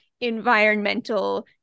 environmental